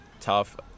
tough